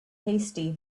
hasty